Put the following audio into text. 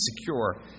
secure